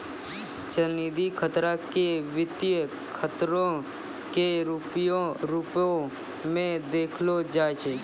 चलनिधि खतरा के वित्तीय खतरो के रुपो मे देखलो जाय छै